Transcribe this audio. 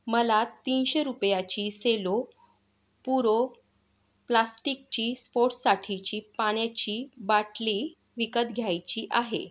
मला तीनशे रुपयाची सेलो पुरो प्लास्टिकची स्पोर्ट्ससाठीची पाण्याची बाटली विकत घ्यायची आहे